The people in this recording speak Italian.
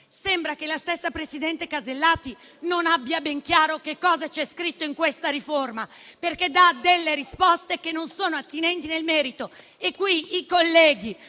sembra che la stessa ministra Casellati non abbia ben chiaro che cosa c'è scritto in questa riforma, perché dà delle risposte che non sono attinenti nel merito. Qui tutti i colleghi